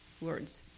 words